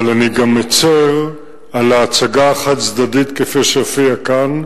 אבל אני גם מצר על ההצגה החד-צדדית שהופיעה כאן,